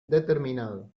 determinado